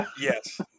Yes